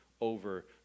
over